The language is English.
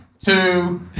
Two